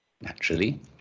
Naturally